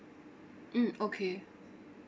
mm okay